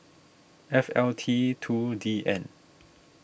F L T two D N